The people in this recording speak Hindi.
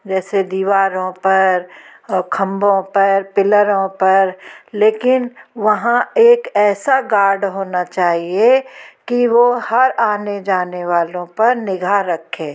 जैसे दीवारों पर और खम्भों पर पिलरों पर लेकिन वहाँ एक ऐसा गार्ड होना चाहिए कि वह हर आने जाने वालों पर निगाह रखे